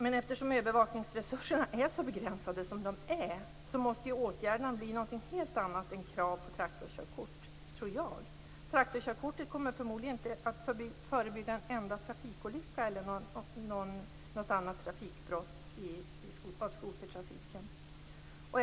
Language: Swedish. Men eftersom övervakningsresurserna är så begränsade som de är måste ju åtgärderna bli någonting helt annat än krav på traktorkörkort, tror jag. Traktorkörkortet kommer förmodligen inte att förebygga en enda trafikolycka eller något annat trafikbrott som har samband med skotertrafiken.